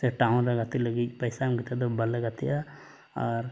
ᱥᱮ ᱴᱟᱣᱩᱱ ᱨᱮ ᱜᱟᱛᱮᱜ ᱞᱟᱹᱜᱤᱫ ᱯᱚᱭᱥᱟ ᱮᱢ ᱠᱟᱛᱮᱫ ᱫᱚ ᱵᱟᱞᱮ ᱜᱟᱛᱮᱜᱼᱟ ᱟᱨ